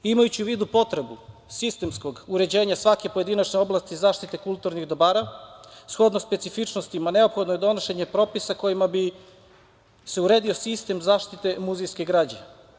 Imajući u vidu potrebu sistemskog uređenja svake pojedinačne oblasti zaštite kulturnih dobara, shodno specifičnostima, neophodno je donošenje propisa kojima bi se uredio sistem zaštite muzejske građe.